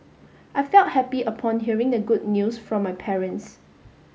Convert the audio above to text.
I felt happy upon hearing the good news from my parents